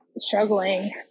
struggling